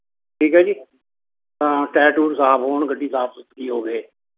ਠੀਕ ਹੈ ਜੀ ਤਾਂ ਟੈਰ ਟੂਰ ਸਾਫ਼ ਹੋਣ ਗੱਡੀ ਸਾਫ਼ ਸੁਥਰੀ ਹੋਵੇ